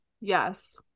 Yes